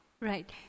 right